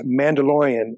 Mandalorian